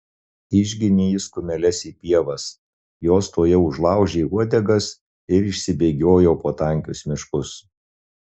išginė jis kumeles į pievas jos tuojau užlaužė uodegas ir išsibėgiojo po tankius miškus